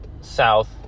South